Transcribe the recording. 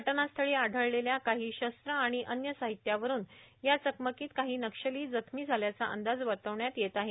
घटनास्थळी आढळलेल्या काही पिट्टूए शस्त्रे आणि अन्य साहित्यावरुन या चकमकीत काही नक्षली जखमी झाल्याचा अंदाज वर्तविण्यात येत आहे